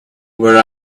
where